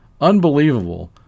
unbelievable